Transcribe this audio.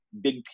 big